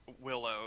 Willow